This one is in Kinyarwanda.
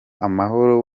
amahoro